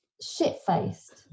shit-faced